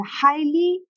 highly